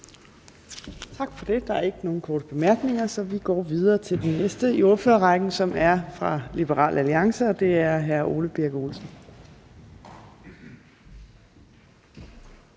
Tak for det. Der er ikke nogen korte bemærkninger, så vi går videre til den næste i ordførerrækken, og det er hr. Ole Birk Olesen